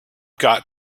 got